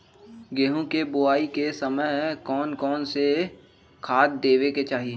गेंहू के बोआई के समय कौन कौन से खाद देवे के चाही?